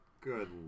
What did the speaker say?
good